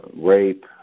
rape